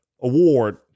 award